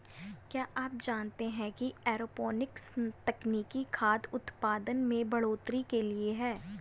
क्या आप जानते है एरोपोनिक्स तकनीक खाद्य उतपादन में बढ़ोतरी के लिए है?